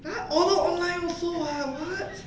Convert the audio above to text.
I order online also !wah! what